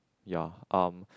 ya um